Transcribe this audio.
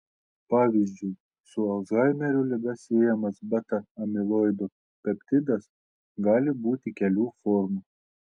pavyzdžiui su alzhaimerio liga siejamas beta amiloido peptidas gali būti kelių formų